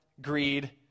greed